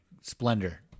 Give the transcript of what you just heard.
Splendor